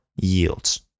yields